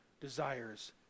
desires